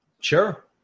Sure